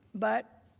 but,